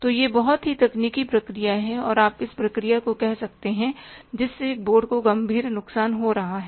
तो यह बहुत ही तकनीकी प्रक्रिया है और आप इसे प्रक्रिया कह सकते हैं जिससे बोर्ड को गंभीर नुकसान हो रहा है